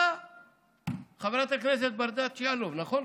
באה חברת הכנסת ברדץ' יאלוב, נכון?